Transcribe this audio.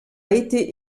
été